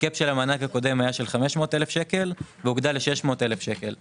הקאפ של המענק הקודם היה של 500,000 שקל והוא הוגדל ל-600,000 שקל,